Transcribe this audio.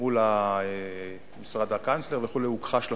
מול משרד הקנצלר וכו' הוכחש לחלוטין.